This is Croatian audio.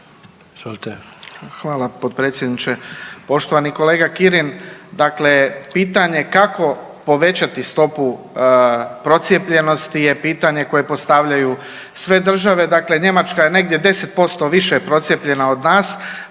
Hvala potpredsjedniče. Poštovani kolega Kirin dakle pitanje kako povećati stopu procijepljenosti je pitanje koje postavljaju sve države. Dakle, Njemačka je negdje 10% više procijepljena od nas.